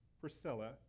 Priscilla